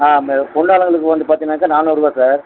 ஆமே தொழிலாளர்களுக்கு வந்து பார்த்திங்கன்னாக்க நானூறுரூவா சார்